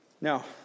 Now